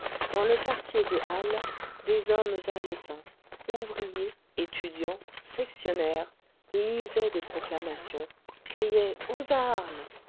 dans le quartier des halles des hommes haletants ouvriers étudiants sectionnaires lisaient des proclamations criaient aux armes